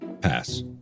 Pass